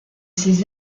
ses